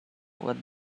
what